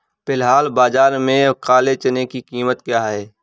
फ़िलहाल बाज़ार में काले चने की कीमत क्या है?